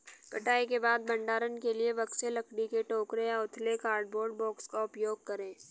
कटाई के बाद भंडारण के लिए बक्से, लकड़ी के टोकरे या उथले कार्डबोर्ड बॉक्स का उपयोग करे